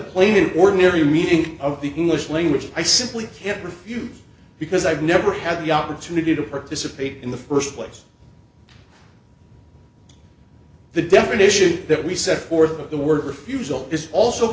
plain ordinary reading of the english language i simply can't refute because i've never had the opportunity to participate in the first place the definition that we set forth of the word refusal is also